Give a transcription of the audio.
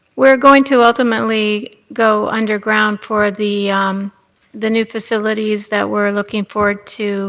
we're going to ultimately go underground for the um the new facilities that we're looking forward to